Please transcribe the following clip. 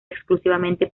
exclusivamente